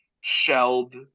shelled